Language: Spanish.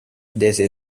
desde